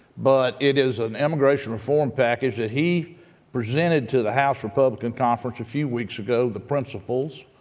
but it is an immigration reform package that he presented to the house republican conference a few weeks ago, the principles,